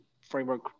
framework